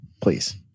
Please